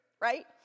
right